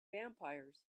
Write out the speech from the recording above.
vampires